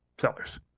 sellers